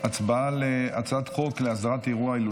להצבעה על הצעת חוק להסדרת אירוע הילולת